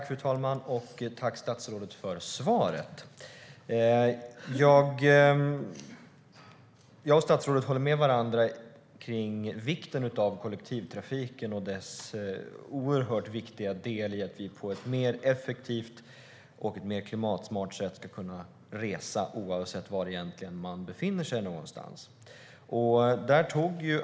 Fru talman! Jag tackar statsrådet för svaret. Jag och statsrådet håller med varandra om vikten av kollektivtrafiken och dess oerhört viktiga del i att vi på ett mer effektivt och klimatsmart sätt ska kunna resa, egentligen oavsett var någonstans man befinner sig.